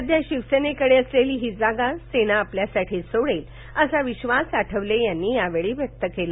सध्या शिवसेनेकडे असलेली ही जागा सेना आपल्यासाठी सोडेल असा विश्वास आठवले यांनी व्यक्त केला